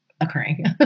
occurring